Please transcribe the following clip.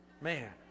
man